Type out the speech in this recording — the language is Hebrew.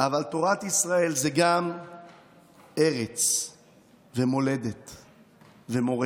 אבל תורת ישראל זה גם ארץ ומולדת ומורשת.